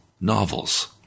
novels